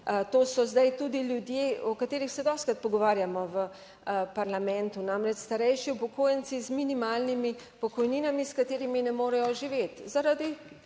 to so zdaj tudi ljudje, o katerih se dostikrat pogovarjamo v parlamentu, namreč starejši upokojenci z minimalnimi pokojninami, s katerimi ne morejo živeti zaradi